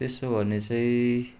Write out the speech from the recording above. त्यसो भने चाहिँ